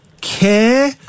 care